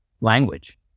language